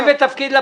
אני